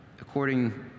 according